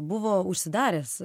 buvo užsidaręs